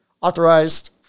authorized